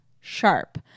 sharp